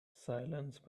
silence